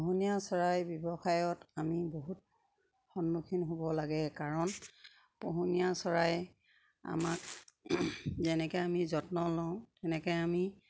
পোহনীয়া চৰাই ব্যৱসায়ত আমি বহুত সন্মুখীন হ'ব লাগে কাৰণ পোহনীয়া চৰাই আমাক যেনেকে আমি যত্ন লওঁ তেনেকে আমি